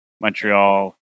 Montreal